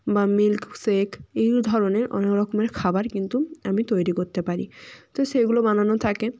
বা milk shake এই ধরনের অনেক রকমের খাবার কিন্তু আমি তৈরি করতে পারি তো সেইগুলো বানানো থাকে